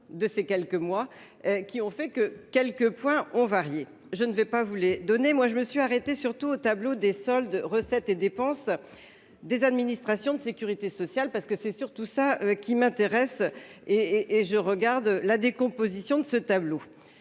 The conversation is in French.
de ces quelques mois qui ont fait que quelques points ont varié. Je ne vais pas vous les donner, moi je me suis arrêté surtout au tableau des soldes, recettes et dépenses. Des administrations de Sécurité Sociale parce que c'est surtout ça qui m'intéresse. Et et et je regarde la décomposition de ce tableau.